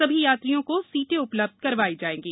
सभी यात्रियों को सीटें उपलब्ध कराई जाएंगी